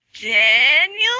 Daniel